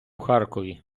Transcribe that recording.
харкові